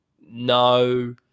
No